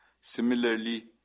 Similarly